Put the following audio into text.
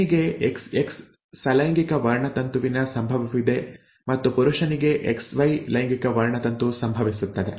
ಹೆಣ್ಣಿಗೆ ಎಕ್ಸ್ಎಕ್ಸ್ ಸೆಲೈಂಗಿಕ ವರ್ಣತಂತುವಿನ ಸಂಭವವಿದೆ ಮತ್ತು ಪುರುಷನಿಗೆ ಎಕ್ಸ್ವೈ ಲೈಂಗಿಕ ವರ್ಣತಂತು ಸಂಭವಿಸುತ್ತದೆ